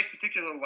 particular